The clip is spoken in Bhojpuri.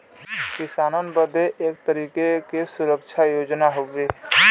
किसानन बदे एक तरीके के सुरक्षा योजना हउवे